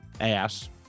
ass